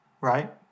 right